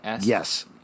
Yes